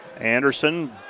Anderson